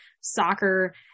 soccer